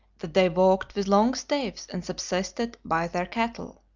that they walked with long staves and subsisted by their cattle.